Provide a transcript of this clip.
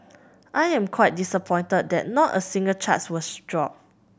I am quite disappointed that not a single charge was dropped